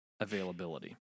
Availability